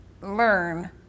learn